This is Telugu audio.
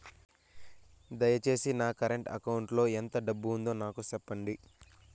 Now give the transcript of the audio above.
దయచేసి నా కరెంట్ అకౌంట్ లో ఎంత డబ్బు ఉందో నాకు సెప్పండి